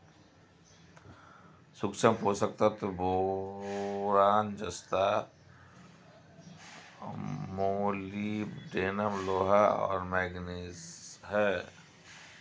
सूक्ष्म पोषक तत्व बोरान जस्ता मोलिब्डेनम लोहा और मैंगनीज हैं